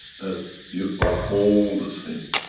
that you are all the same.